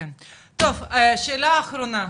טוב, שאלה אחרונה,